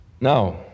Now